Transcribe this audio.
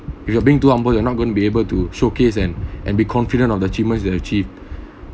if you are being too humble you're not going to be able to showcase and and be confident of the achievements that you achieved